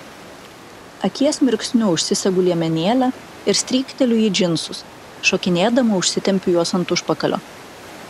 akies mirksniu užsisegu liemenėlę ir strykteliu į džinsus šokinėdama užsitempiu juos ant užpakalio